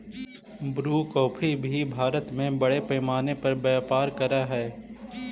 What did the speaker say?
Bru coffee भी भारत में बड़े पैमाने पर व्यापार करअ हई